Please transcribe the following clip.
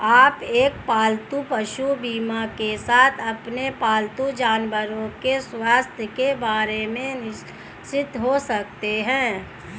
आप एक पालतू पशु बीमा के साथ अपने पालतू जानवरों के स्वास्थ्य के बारे में निश्चिंत हो सकते हैं